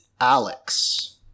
alex